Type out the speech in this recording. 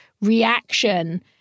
reaction